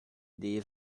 idee